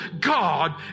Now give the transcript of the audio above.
God